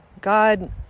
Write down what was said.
God